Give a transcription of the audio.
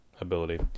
ability